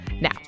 Now